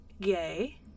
gay